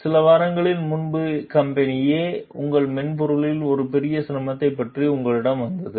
சில வாரங்களுக்கு முன்பு கம்பெனி A உங்கள் மென்பொருளில் ஒரு பெரிய சிரமத்தைப் பற்றி உங்களிடம் வந்தது